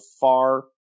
far